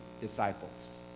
disciples